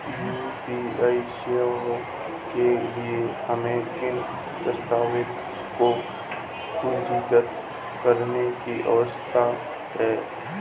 UPI सेवाओं के लिए हमें किन दस्तावेज़ों को पंजीकृत करने की आवश्यकता है?